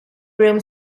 broom